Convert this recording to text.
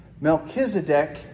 Melchizedek